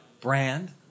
brand